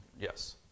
Yes